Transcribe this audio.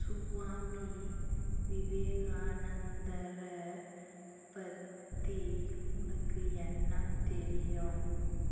சுவாமி விவேகானந்தரை பற்றி உனக்கு என்ன தெரியும்